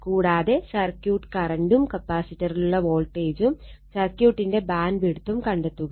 കൂടാതെ സർക്യൂട്ട് കറണ്ടും കപ്പാസിറ്ററിലുള്ള വോൾട്ടേജും സർക്യൂട്ടിന്റെ ബാൻഡ്വിഡ്ത്തും കണ്ടെത്തുക